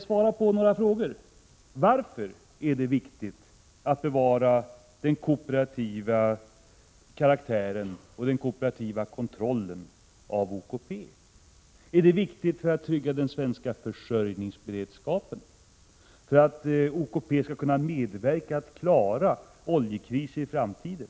Svara på några frågor, herr Persson: Varför är det viktigt att bevara den kooperativa karaktären och den kooperativa kontrollen av OKP? Är det viktigt för att trygga den svenska försörjningsberedskapen? Är det viktigt för att OKP skall kunna medverka till att klara oljekriser i framtiden?